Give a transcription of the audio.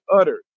uttered